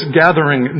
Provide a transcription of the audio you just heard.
gathering